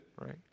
right